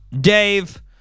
Dave